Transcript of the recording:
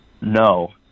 no